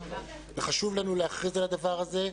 חשוב לנו להכריז על הדבר הזה,